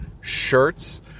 shirts